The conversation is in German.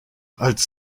als